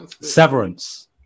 Severance